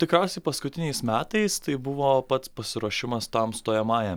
tikriausiai paskutiniais metais tai buvo pats pasiruošimas tam stojamajam